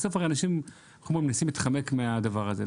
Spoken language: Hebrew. בסוף הרי אנשים איך אומרים מנסים להתחמק מהדבר הזה,